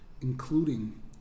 including